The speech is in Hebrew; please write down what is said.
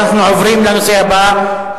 אנחנו עוברים לנושא הבא: